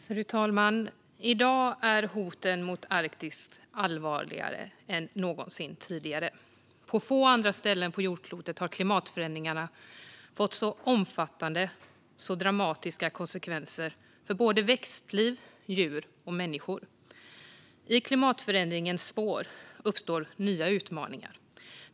Fru talman! I dag är hoten mot Arktis allvarligare än någonsin tidigare. På få andra ställen på jordklotet har klimatförändringarna fått så omfattande och dramatiska konsekvenser för växtliv, djur och människor. I klimatförändringens spår uppstår nya utmaningar.